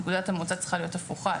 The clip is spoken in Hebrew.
נקודת המוצא צריכה להיות הפוכה,